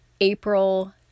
April